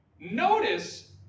Notice